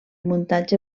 muntatge